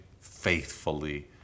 faithfully